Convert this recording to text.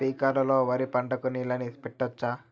స్ప్రింక్లర్లు లో వరి పంటకు నీళ్ళని పెట్టొచ్చా?